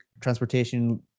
transportation